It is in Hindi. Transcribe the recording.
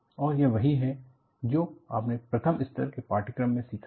और यह वही है जो आपने प्रथम स्तर के पाठ्यक्रम में सीखा है